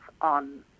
on